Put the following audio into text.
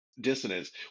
dissonance